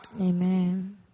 Amen